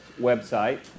website